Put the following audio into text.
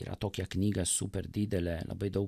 yra tokia knyga super didelė labai daug